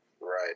Right